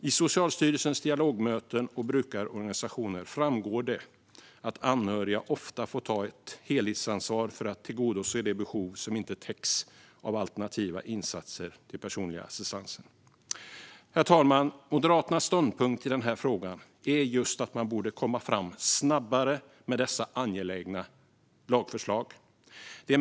I Socialstyrelsens dialogmöten med brukarorganisationer framgår att anhöriga ofta får ta ett helhetsansvar för att tillgodose de behov som inte täcks av alternativa insatser från personlig assistans. Fru talman! Moderaternas ståndpunkt i den här frågan är just att man borde ha kunnat komma fram snabbare med dessa angelägna lagförslag.